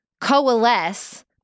coalesce